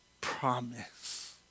promise